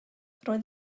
roedd